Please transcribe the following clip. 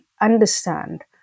understand